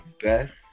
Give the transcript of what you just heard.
best